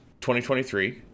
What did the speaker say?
2023